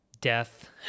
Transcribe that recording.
Death